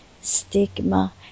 stigma